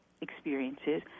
experiences